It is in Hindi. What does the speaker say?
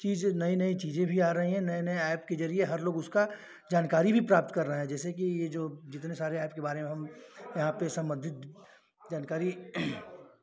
चीज़ नई नई चीज़ें भी आ रही हैं नए नए एप के ज़रिये हर लोग उसकी जानकारी भी प्राप्त कर रहा है जैसे कि यह जो जितने सारे एप के बारे में हम यहाँ पर सम्बन्धित जानकारी